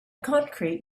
concrete